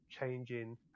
changing